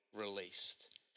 released